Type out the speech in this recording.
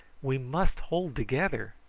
we must hold together.